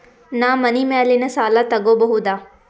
ನಾ ಮನಿ ಮ್ಯಾಲಿನ ಸಾಲ ತಗೋಬಹುದಾ?